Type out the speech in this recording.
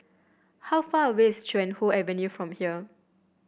how far away is Chuan Hoe Avenue from here